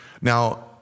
Now